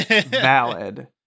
valid